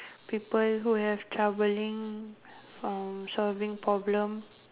people who have troubling from solving problems